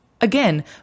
again